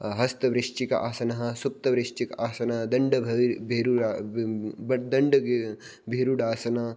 हस्तवृश्चिक आसनं सुप्तवृश्चिक आसनं दण्डभेरु दण्ड भेरुण्डासनं